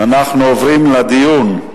אנחנו עוברים לדיון,